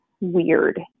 weird